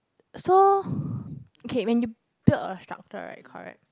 so okay when you build a structure right correct